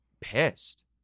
pissed